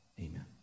Amen